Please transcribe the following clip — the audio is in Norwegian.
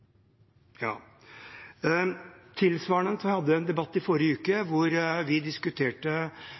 hadde tilsvarende i debatten forrige uke hvor vi diskuterte